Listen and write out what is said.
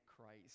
christ